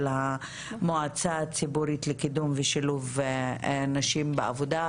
המועצה הציבורית לקידום ושילוב נשים בעבודה,